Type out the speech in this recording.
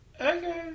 Okay